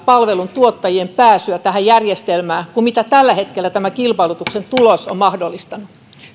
palveluntuottajien pääsy tähän järjestelmään kuin mitä tällä hetkellä tämä kilpailutuksen tulos on mahdollistanut